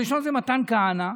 הראשון זה מתן כהנא.